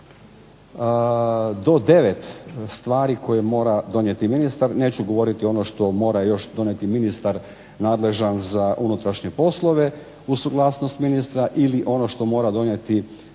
do devet stvari koje mora donijeti ministar, neću govoriti ono što mora još donijeti ministar nadležan za unutrašnje poslove uz suglasnost ministra, ili ono što mora donijeti ministar